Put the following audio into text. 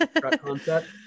concept